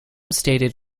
stated